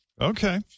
Okay